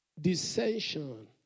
Dissension